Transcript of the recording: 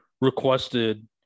requested